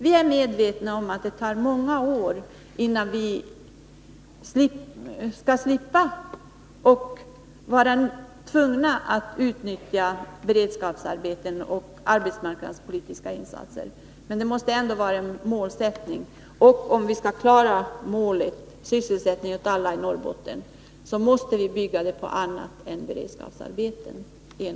Vi är medvetna om att det tar många år, innan vi kan undvara beredskapsarbeten och arbetsmarknadspolitiska insatser, men om vi skall kunna klara målet sysselsättning åt alla i Norrbotten, måste vi basera det hela på annat än enbart beredskapsarbeten.